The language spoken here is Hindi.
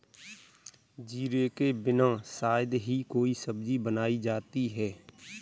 जीरे के बिना शायद ही कोई सब्जी बनाई जाती है